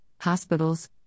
hospitals